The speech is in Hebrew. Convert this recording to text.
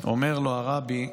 / אומר לו הרבי: